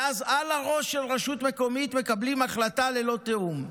ואז על הראש של הרשות המקומית מקבלים החלטה ללא תיאום.